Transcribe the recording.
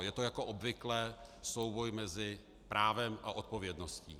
Je to jako obvykle souboj mezi právem a odpovědností.